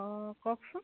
অঁ কওকচোন